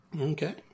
Okay